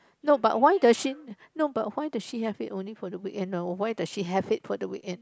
no but why does she no but why does she have it only for the weekend no why does she have it on the weekend